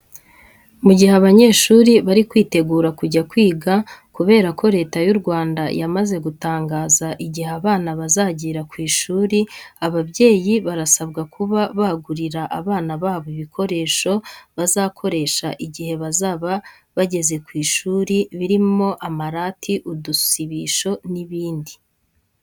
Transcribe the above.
Mu gihe abanyeshuri bari kwitegura kujya kwiga kubera ko Leta y'u Rwanda yamaze gutangaza igihe abana bazagira ku ishuri, ababyeyi barasabwa kuba bagurira abana babo ibikoresho bazakoresha igihe bazaba bageze ku ishuri birimo amarati, udusibisho n'ibindi.